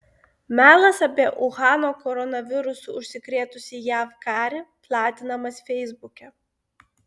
melas apie uhano koronavirusu užsikrėtusį jav karį platinamas feisbuke